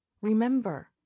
Remember